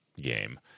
game